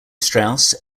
strauss